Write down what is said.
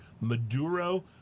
Maduro